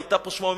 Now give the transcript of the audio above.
היתה פה שממה.